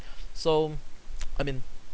so I mean